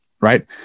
right